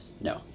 no